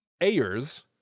Ayers